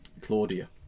Claudia